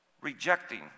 rejecting